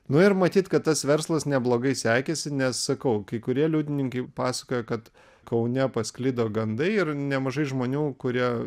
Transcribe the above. nu ir matyt kad tas verslas neblogai sekėsi nes sakau kai kurie liudininkai pasakoja kad kaune pasklido gandai ir nemažai žmonių kurie